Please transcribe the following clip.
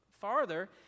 farther